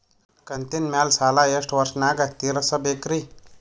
ಕಂತಿನ ಮ್ಯಾಲ ಸಾಲಾ ಎಷ್ಟ ವರ್ಷ ನ್ಯಾಗ ತೀರಸ ಬೇಕ್ರಿ?